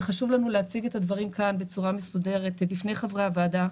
וחשוב לנו להציג את הדברים כאן בצורה מסודרת בפני חברי הוועדה.